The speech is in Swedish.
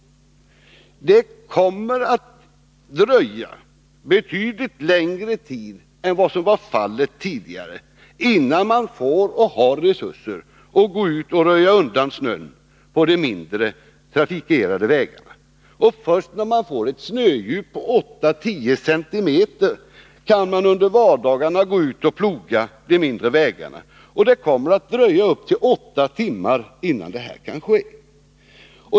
Det kommer att dröja betydligt längre tid än vad som var fallet tidigare, innan man har resurser att gå ut och röja undan snön på de mindre trafikerade vägarna. Först när snödjupet blivit 8-10 cm kan man under vardagarna gå ut och ploga de mindre vägarna. Och det kommer att dröja upp till åtta timmar innan detta kan ske.